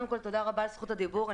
תודה רבה על זכות הדיבור.